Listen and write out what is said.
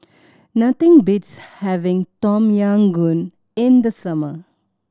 nothing beats having Tom Yam Goong in the summer